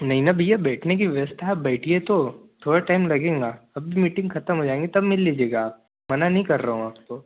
नहीं ना भैया बैठने की व्यवस्था है आप बैठिए तो थोड़ा टाइम लगेगा अभी मीटिंग ख़त्म हो जाएगा तब मिल लीजिएगा आप मना नहीं कर रहा हूँ आपको